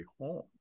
home